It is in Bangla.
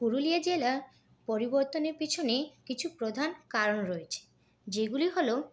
পুরুলিয়া জেলা পরিবর্তনের পিছনে কিছু প্রধান কারণ রয়েছে যেগুলি হল